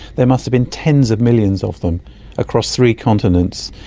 there must have been tens of millions of them across three continents.